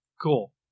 Cool